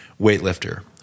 weightlifter